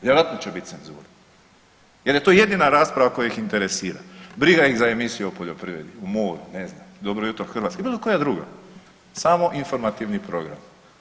Vjerojatno će biti cenzura jer je to jedina rasprava koja ih interesira, briga ih za emisiju o poljoprivredi, moru, ne znam, Dobro jutro Hrvatska ili bilo koja druga, samo informativni program.